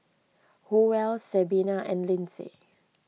Howell Sabina and Lindsey